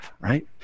right